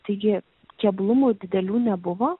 taigi keblumų didelių nebuvo